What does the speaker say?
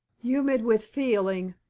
humid with feeling,